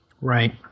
Right